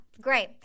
Great